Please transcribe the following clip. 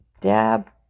dab